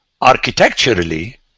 architecturally